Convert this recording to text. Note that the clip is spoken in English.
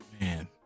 Man